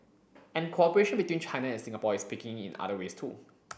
and cooperation between China and Singapore is picking in other ways too